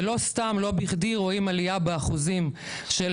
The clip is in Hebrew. ולא בכדי רואים עלייה באחוזים של